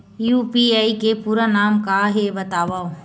UPI के पूरा नाम का हे बतावव?